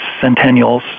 centennials